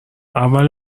اول